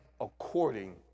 according